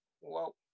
Whoa